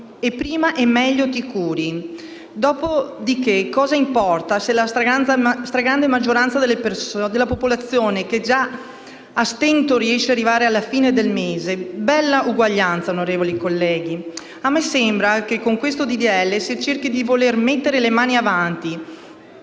e prima e meglio ti curi. Dopo di che cosa importa della stragrande maggioranza della popolazione che già a stento riesce ad arrivare alla fine del mese? Bella uguaglianza, onorevoli colleghi! A me sembra che con questo disegno di legge si cerchi di voler mettere le mani avanti,